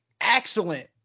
excellent